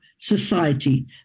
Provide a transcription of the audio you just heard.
Society